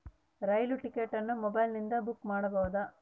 ರೈಲು ticket ಅನ್ನು ಮೊಬೈಲಿಂದ book ಮಾಡಬಹುದೆ?